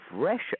fresh